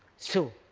so,